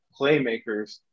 playmakers